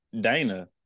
Dana